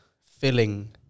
filling